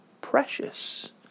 precious